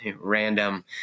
random